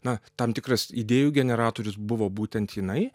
na tam tikras idėjų generatorius buvo būtent jinai